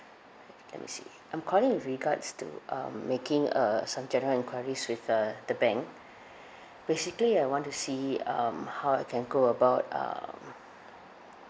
let me see I'm calling with regards to uh making uh some general enquiries with the the bank basically I want to see um how I can go about um